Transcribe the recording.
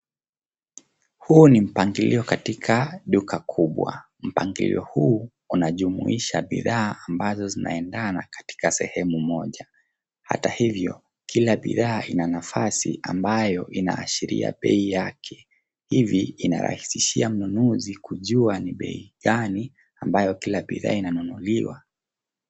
Huu ni mpangilio katika duka kubwa. Mpangilio huu unajumuisha bidhaa ambazo zinaendana katika sehemu moja. Hata hivyo kila bidhaa ina nafasi ambayo inaashiria bei yake hivi inarahisishia mnunuzi kujua ni bei gani ambayo kila bidhaa inanunuliwa.